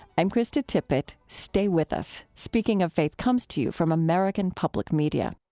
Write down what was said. i'm krista tippett. stay with us. speaking of faith comes to you from american public media